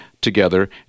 together